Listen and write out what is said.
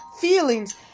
feelings